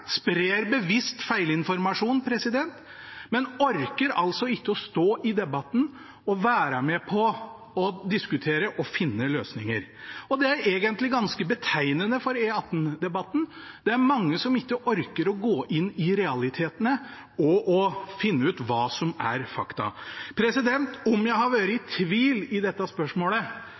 men orker altså ikke å stå i debatten og være med på å diskutere og finne løsninger. Det er egentlig ganske betegnende for E18-debatten. Det er mange som ikke orker å gå inn i realitetene og finne ut hva som er fakta. Om jeg har vært i tvil i dette spørsmålet,